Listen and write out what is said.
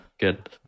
Good